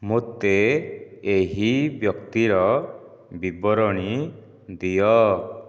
ମୋତେ ଏହି ବ୍ୟକ୍ତିର ବିବରଣୀ ଦିଅ